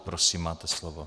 Prosím, máte slovo.